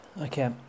Okay